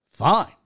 Fine